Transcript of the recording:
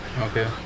Okay